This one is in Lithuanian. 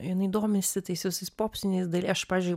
jinai domisi visais tais popsiniais dal aš pažiui